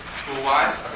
school-wise